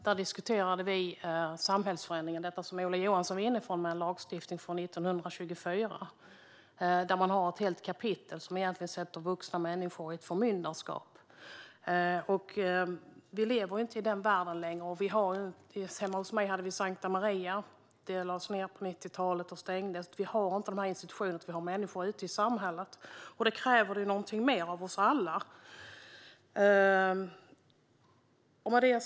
Då diskuterade vi samhällsförändringen, som även Ola Johansson var inne på, och lagstiftningen från 1924, där det finns ett helt kapitel som egentligen sätter vuxna människor under förmyndarskap. Vi lever inte längre i den världen. Hemma hos mig hade vi Sankta Maria, som lades ned och stängdes på 90-talet. Vi har inte längre dessa institutioner, utan vi har människor ute i samhället, vilket kräver mer av oss alla.